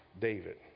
David